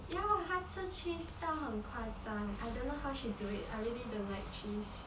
ya 她吃 cheese 到很夸张 leh I don't know how she do it I really don't like cheese